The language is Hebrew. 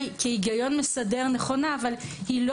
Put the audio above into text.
כהיגיון מסר היא נכונה אולי אך לא